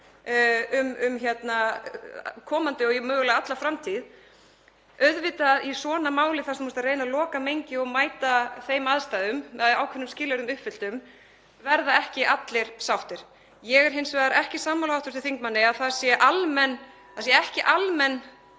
um komandi og mögulega alla framtíð — í svona máli þar sem þú ert að reyna að loka mengi og mæta þeim aðstæðum að ákveðnum skilyrðum uppfylltum verða ekki allir sáttir. Ég er hins vegar ekki sammála hv. þingmanni að það sé ekki almenn